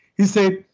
he said,